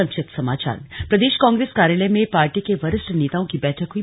संक्षिप्त समाचार प्रदेश कांग्रेस कार्यालय में पार्टी के वरिष्ठ नेताओं की बैठक हुई